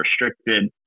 restricted